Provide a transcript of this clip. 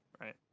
right